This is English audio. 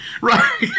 Right